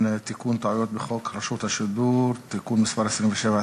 תיקון טעויות בחוק רשות השידור (תיקון מס' 27),